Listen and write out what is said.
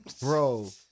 Bro